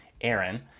Aaron